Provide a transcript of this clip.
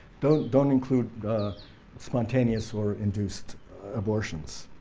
don't don't include spontaneous or induced abortions.